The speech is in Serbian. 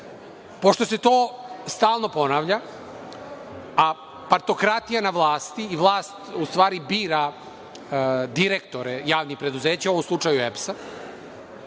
novac. Pošto se to stalno ponavlja, a partokratija je na vlasti i vlasti u stvari bira direktore javnih preduzeća, u ovom slučaju EPS-a,